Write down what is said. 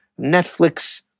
Netflix